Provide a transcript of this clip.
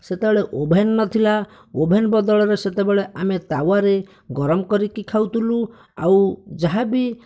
ସେତବେଳେ ଓଭେନ ନଥିଲା ଓଭେନ ବଦଳରେ ସେତବେଳେ ଆମେ ତାୱାରେ ଗରମ କରିକି ଖାଉଥିଲୁ ଆଉ ଯାହାବି